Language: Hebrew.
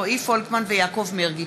רועי פולקמן ויעקב מרגי.